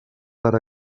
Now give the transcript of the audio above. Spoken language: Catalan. per